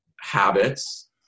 habits